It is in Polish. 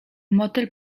motyl